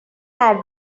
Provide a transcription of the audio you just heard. had